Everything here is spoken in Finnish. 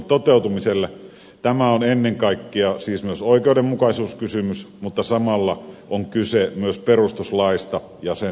tämä on siis ennen kaikkea myös oikeudenmukaisuuskysymys mutta samalla on kyse myös perustuslaista ja sen noudattamisesta